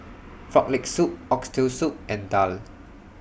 Frog Leg Soup Oxtail Soup and Daal